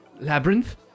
labyrinth